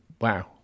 wow